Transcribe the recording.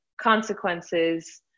consequences